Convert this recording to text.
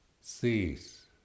cease